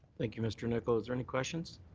thank you, mr. nicol. is there any questions?